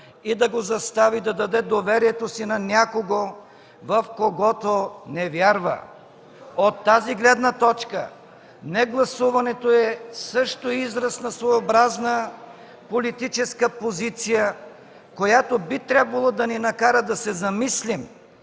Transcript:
и да го застави да даде доверието си на някого, в когото не вярва. От тази гледна точка, негласуването е също израз на своеобразна политическа позиция, която би трябвало да ни накара да се замислим